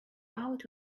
out